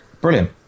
Brilliant